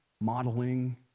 modeling